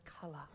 color